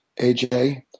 AJ